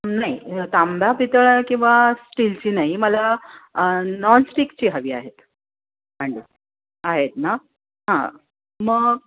नाही तांब्या पितळ किंवा स्टीलची नाही मला नॉनस्टिकची हवी आहेत भांडी आहेत ना हां मग